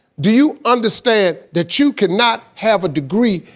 do you understand that you can not have a degree,